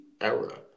era